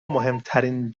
مهمترین